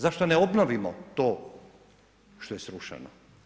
Zašto ne obnovimo to što je srušeno?